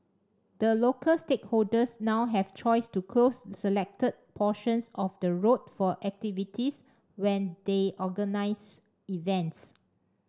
the local stakeholders now have the choice to close selected portions of the road for activities when they organise events